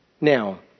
Now